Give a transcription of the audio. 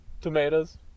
tomatoes